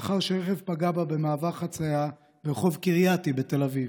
לאחר שרכב פגע בה במעבר חציה ברחוב קרייתי בתל אביב.